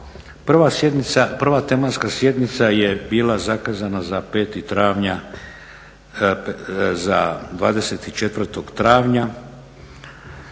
prva tematska sjednica je bila zakazana za 5. travnja,